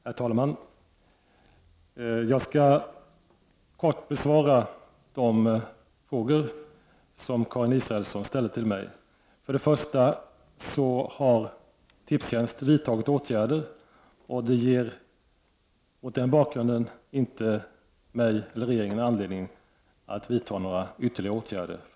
Herr talman! Jag skall kort besvara de frågor som Karin Israelsson ställde till mig. Tipstjänst har vidtagit åtgärder. Mot denna bakgrund ger det inte mig eller regeringen anledning att för närvarande vidta några ytterligare åtgärder.